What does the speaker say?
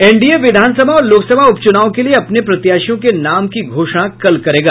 NDA विधानसभा और लोकसभा उपचुनाव के लिये अपने प्रत्याशियों के नाम की घोषणा कल करेगा